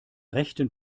rechten